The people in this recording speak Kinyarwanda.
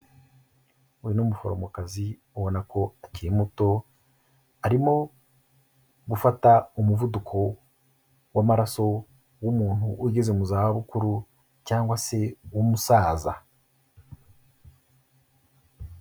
Uyu ni umuforomokazi ubona ko akiri muto, arimo gufata umuvuduko w'amaraso w'umuntu ugeze mu zabukuru cyangwa se w'umusaza.